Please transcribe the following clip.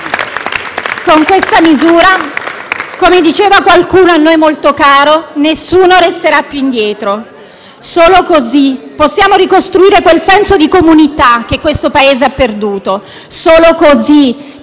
Con questa misura, come diceva qualcuno a noi molto caro, nessuno resterà più indietro. Solo così possiamo ricostruire quel senso di comunità che questo Paese ha perduto. Solo così possiamo riattivare il motore della crescita, un